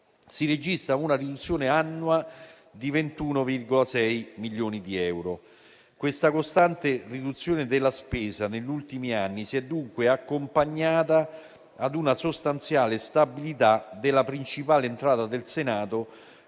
si registra una riduzione annua di 21,6 milioni di euro. Questa costante riduzione della spesa negli ultimi anni si è dunque accompagnata a una sostanziale stabilità della principale entrata del Senato,